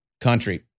country